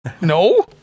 No